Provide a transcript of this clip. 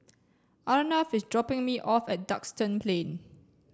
Arnav is dropping me off at Duxton Plain